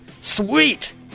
Sweet